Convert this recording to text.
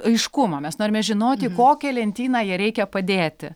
aiškumo mes norime žinot į kokią lentyną ją reikia padėti